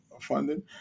funding